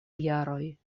jaroj